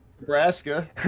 Nebraska